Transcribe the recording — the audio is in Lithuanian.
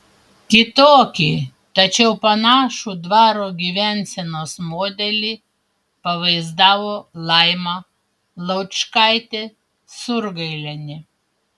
kitokį tačiau panašų dvaro gyvensenos modelį pavaizdavo laima laučkaitė surgailienė